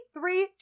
Three